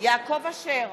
יעקב אשר,